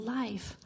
life